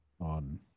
on